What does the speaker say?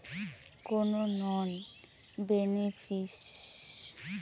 কোনো নন বেনিফিসিরইকে IFS code বা এম.এম.আই.ডি কোড পাঠানো হয়